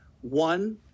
one